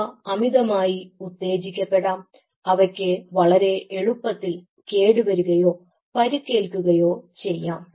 അവ അമിതമായി ഉത്തേജിക്കപ്പെടാം അവയ്ക്ക് വളരെ എളുപ്പത്തിൽ കേടുവരുകയോ പരിക്കേൽക്കുകയോ ചെയ്യാം